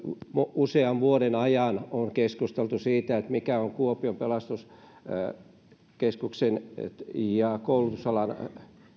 usean vuoden ajan on keskusteltu siitä mikä on kuopion pelastuskeskuksen ja koulutusalan